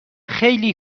خیلی